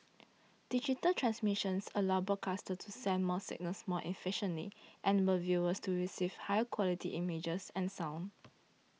digital transmissions allow broadcasters to send more signals more efficiently enable viewers to receive higher quality images and sound